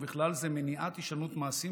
ובכלל זה מניעת הישנות מעשים,